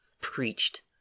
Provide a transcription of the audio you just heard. preached